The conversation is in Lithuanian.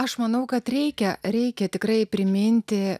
aš manau kad reikia reikia tikrai priminti